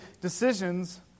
decisions